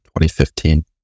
2015